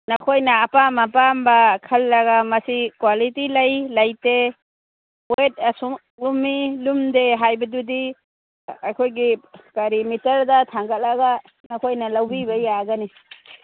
ꯅꯈꯣꯏꯅ ꯑꯄꯥꯝ ꯑꯄꯥꯝꯕ ꯈꯜꯂꯒ ꯃꯁꯤ ꯀ꯭ꯋꯥꯂꯤꯇꯤ ꯂꯩ ꯂꯩꯇꯦ ꯋꯦꯠ ꯑꯁꯨꯛ ꯂꯨꯝꯃꯤ ꯂꯨꯝꯗꯦ ꯍꯥꯏꯕꯗꯨꯗꯤ ꯑꯩꯈꯣꯏꯒꯤ ꯀꯔꯤ ꯃꯤꯇꯔꯗ ꯊꯥꯡꯒꯠꯂꯒ ꯑꯩꯈꯣꯏꯅ ꯂꯧꯕꯤꯕ ꯌꯥꯒꯅꯤ